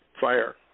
fire